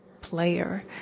player